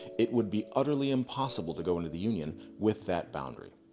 it will be utterly impossible to go into the union with that boundary.